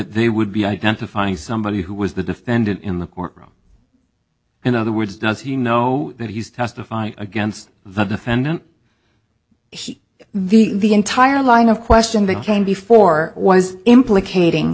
they would be identifying somebody who was the defendant in the courtroom in other words does he know that he's testifying against the defendant the the entire line of question that came before was implicating